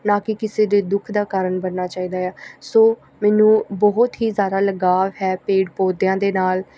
ਨਾ ਕਿ ਕਿਸੇ ਦੇ ਦੁੱਖ ਦਾ ਕਾਰਨ ਬਣਨਾ ਚਾਹੀਦਾ ਆ ਸੋ ਮੈਨੂੰ ਬਹੁਤ ਹੀ ਜ਼ਿਆਦਾ ਲਗਾਵ ਹੈ ਪੇੜ ਪੌਦਿਆਂ ਦੇ ਨਾਲ